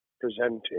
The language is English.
presenting